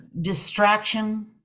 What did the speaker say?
distraction